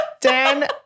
Dan